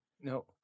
No